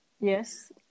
Yes